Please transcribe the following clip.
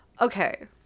Okay